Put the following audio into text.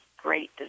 great